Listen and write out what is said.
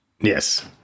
Yes